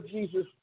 Jesus